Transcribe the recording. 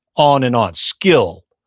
on and on. skill,